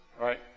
right